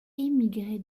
émigré